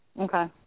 Okay